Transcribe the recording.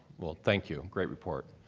well, thank you, great report.